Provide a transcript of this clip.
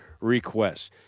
requests